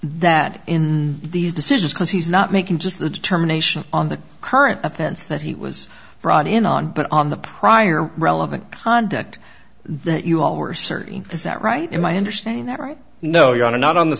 that in these decisions because he's not making just the determination on the current offense that he was brought in on but on the prior relevant conduct that you all were certain is that right in my understanding that right no you are not on the